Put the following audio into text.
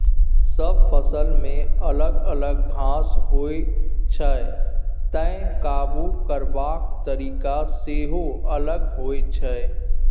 सब फसलमे अलग अलग घास होइ छै तैं काबु करबाक तरीका सेहो अलग होइ छै